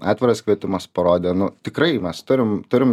atviras kvietimas parodė nu tikrai mes turim turim